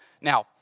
Now